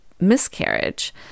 miscarriage